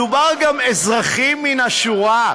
מדובר גם על אזרחים מן השורה.